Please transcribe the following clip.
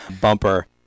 bumper